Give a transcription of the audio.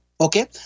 Okay